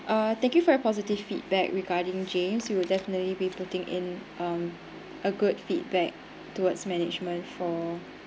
uh thank you for positive feedback regarding james we will definitely be putting in um a good feedback towards management for